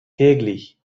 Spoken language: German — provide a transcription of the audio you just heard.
täglich